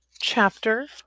chapter